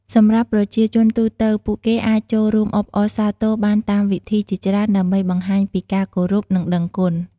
សម្រាប់ប្រជាជនទូទៅ ពួកគេអាចចូលរួមអបអរសាទរបានតាមវិធីជាច្រើនដើម្បីបង្ហាញពីការគោរព និងដឹងគុណ។